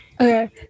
okay